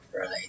Right